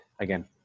again